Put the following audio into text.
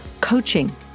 coaching